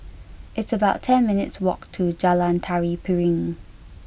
It's about ten minutes' walk to Jalan Tari Piring